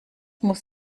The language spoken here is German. muss